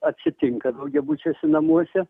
atsitinka daugiabučiuose namuose